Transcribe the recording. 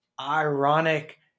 ironic